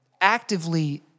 actively